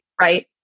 right